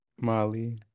Molly